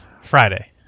Friday